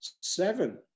seven